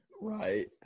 right